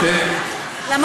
לא סתם לבית היהודי,